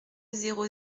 zéro